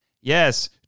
Yes